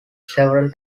several